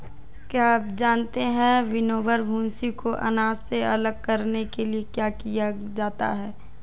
क्या आप जानते है विनोवर, भूंसी को अनाज से अलग करने के लिए किया जाता है?